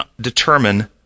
determine